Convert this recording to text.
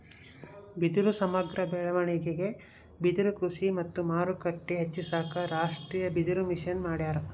ಬಿದಿರು ಸಮಗ್ರ ಬೆಳವಣಿಗೆಗೆ ಬಿದಿರುಕೃಷಿ ಮತ್ತು ಮಾರುಕಟ್ಟೆ ಹೆಚ್ಚಿಸಾಕ ರಾಷ್ಟೀಯಬಿದಿರುಮಿಷನ್ ಮಾಡ್ಯಾರ